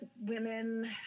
women